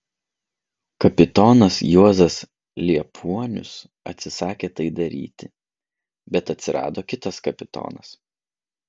kapitonas juozas liepuonius atsisakė tai daryti bet atsirado kitas kapitonas